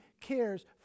cares